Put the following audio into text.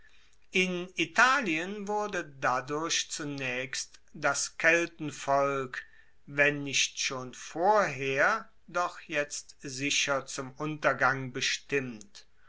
in italien wurde dadurch zunaechst das keltenvolk wenn nicht schon vorher doch jetzt sicher zum untergang bestimmt